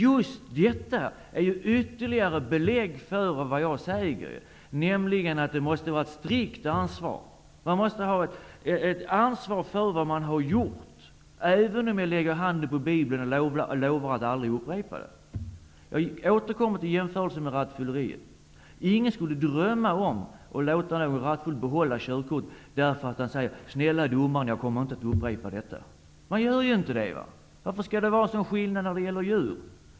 Just detta är ytterligare belägg för vad jag säger, nämligen att det måste finnas ett strikt ansvar. Man måste ta ansvar för vad man har gjort, även om man lägger handen på bibeln och lovar att aldrig upprepa det. Jag återkommer till jämförelsen med rattfylleri. Ingen skulle drömma om att låta en rattfull behålla körkortet bara för att han säger: ''Snälla domaren, jag skall inte upprepa detta.'' Varför skall det vara en sådan skillnad för djur?